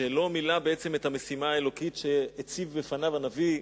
שלא מילא בעצם את המשימה האלוקית שהציב בפניו הנביא,